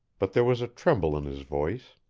but there was a tremble in his voice.